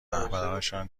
رهبرانشان